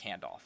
handoff